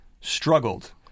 struggled